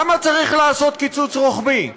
למה צריך לעשות קיצוץ רוחבי,